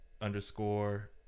underscore